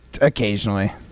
Occasionally